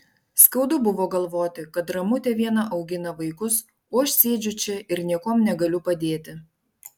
skaudu buvo galvoti kad ramutė viena augina vaikus o aš sėdžiu čia ir niekuom negaliu padėti